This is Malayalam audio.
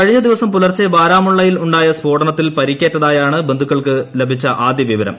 കഴിഞ്ഞ ദിവസം പുലർച്ചെ ബാരാമുള്ളയിൽ ഉണ്ടായ സ്ഫോടനത്തിൽ പരിക്കേറ്റതായാണ് ബന്ധുക്കൾക്ക് ലഭിച്ച ആദ്യ വിവരം